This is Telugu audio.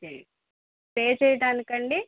స్టే చేయడానికి అండి